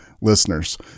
listeners